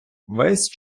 весь